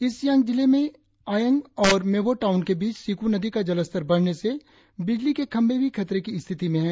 east Siang जिले में आयेंग और मेबो टाउन के बीच सीकू नदी का जलस्तर बढ़ने से बिजली के खंभे भी खतरे की स्थिति में है